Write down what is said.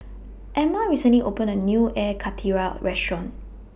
Emma recently opened A New Air Karthira Restaurant